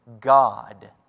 God